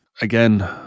Again